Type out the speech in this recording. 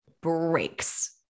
breaks